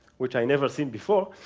which i've never seen before.